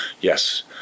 yes